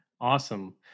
Awesome